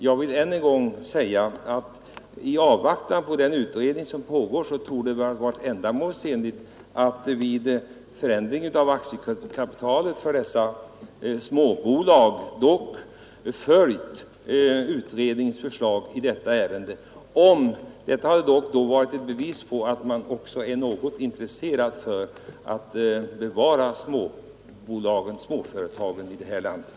Jag vill än en gång säga att i avvaktan på utredningen torde det vara riktigt att fastställa aktiekapitalet i dessa småbolag i enlighet med utredningens förslag. Det vore ett bevis på att man har en viss vilja för en fortsatt existens för den mindre företagssamheten i det här landet.